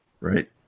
Right